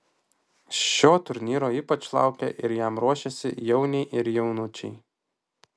šio turnyro ypač laukia ir jam ruošiasi jauniai ir jaunučiai